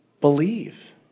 Believe